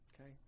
Okay